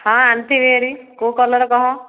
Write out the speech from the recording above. ହଁ ଆଣିଥିବି ହାରି କେଉଁ କଲର୍ କହ